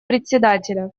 председателя